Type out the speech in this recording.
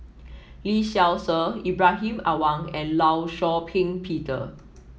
Lee Seow Ser Ibrahim Awang and Law Shau Ping Peter